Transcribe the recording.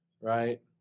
right